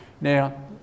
Now